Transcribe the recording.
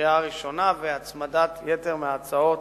בקריאה ראשונה, ובהצמדת יתר הצעות